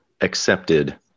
accepted